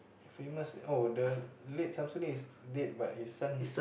famous oh the late Shamsuddin did but his son